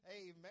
amen